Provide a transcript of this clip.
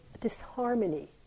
disharmony